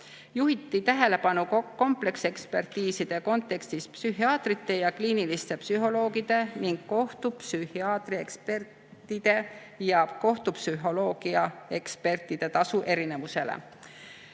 Juhiti tähelepanu kompleksekspertiiside kontekstis psühhiaatrite ja kliiniliste psühholoogide ning kohtupsühhiaatria ekspertide ja kohtupsühholoogia ekspertide tasu erinevusele,